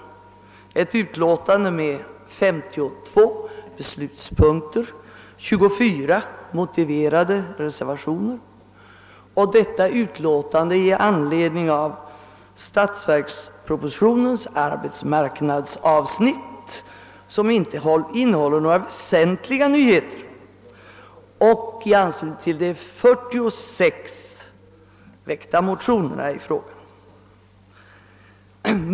Det är ett utlåtande med 55 beslutspunkter och 24 motiverade reservationer som avgivits med anledning av statsverkspropositionens arbetsmarknadsavsnitt, vilket inte innehåller några väsentliga nyheter, och i anslutning till de 46 väckta motionerna i frågan.